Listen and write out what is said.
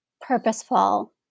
purposeful